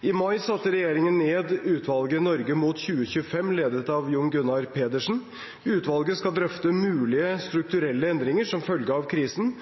I mai satte regjeringen ned utvalget «Norge mot 2025», ledet av Jon Gunnar Pedersen. Utvalget skal drøfte mulige strukturelle endringer som følge av krisen